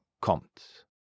kommt